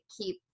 keep